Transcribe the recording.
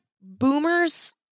boomers